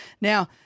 Now